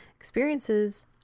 experiences